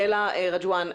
רג'ואן,